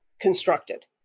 constructed